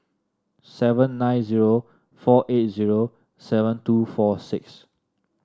seven nine zero four eight zero seven two four six